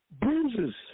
Bruises